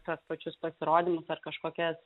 tuos pačius pasirodymus ar kažkokias